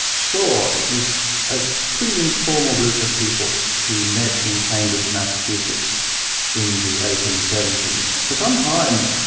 sure. it was a pretty informal group of people who met in cambridge, massachusetts in the eighteen seventy s. for some time,